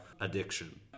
addiction